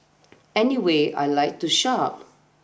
anyway I like to shop